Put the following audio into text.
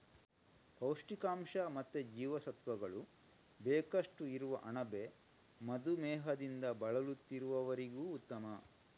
ಪೌಷ್ಟಿಕಾಂಶ ಮತ್ತೆ ಜೀವಸತ್ವಗಳು ಬೇಕಷ್ಟು ಇರುವ ಅಣಬೆ ಮಧುಮೇಹದಿಂದ ಬಳಲುತ್ತಿರುವವರಿಗೂ ಉತ್ತಮ